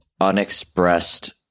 unexpressed